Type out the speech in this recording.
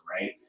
right